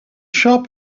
shop